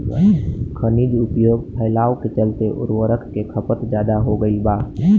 खनिज उपयोग फैलाव के चलते उर्वरक के खपत ज्यादा हो गईल बा